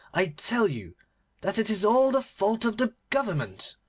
i tell you that it is all the fault of the government,